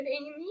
Amy